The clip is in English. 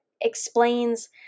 explains